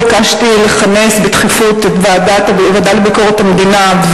ביקשתי לכנס בדחיפות את הוועדה לביקורת המדינה,